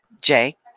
Jake